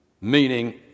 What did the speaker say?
meaning